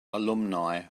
alumni